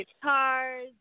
guitars